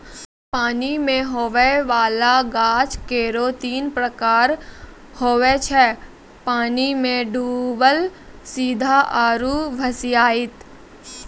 पानी मे हुवै वाला गाछ केरो तीन प्रकार हुवै छै पानी मे डुबल सीधा आरु भसिआइत